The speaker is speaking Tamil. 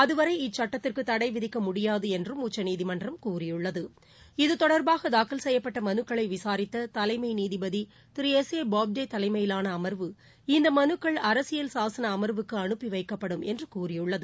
அதுவரை இச்சட்டத்திற்கு தடை விதிக்க முடியாது என்றும் உச்சநீதிமன்றம் கூறியுள்ளது இது தொடர்பாக தாக்கல் செய்யப்பட்ட மனுக்களை விசாித்த தலைமை நீதிபதி திரு எஸ் ஏ பாப்டே தலைமையிலான அம்வு இந்த மனுக்கள் அரசியல் சாசன அம்வுக்கு அனுப்பி வைக்கப்படும் என்று கூறியுள்ளது